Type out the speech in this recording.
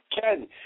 Ken